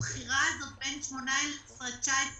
הבחירה הזו בין 18' ל- 19'